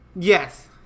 Yes